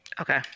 Okay